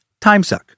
timesuck